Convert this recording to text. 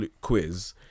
quiz